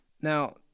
Now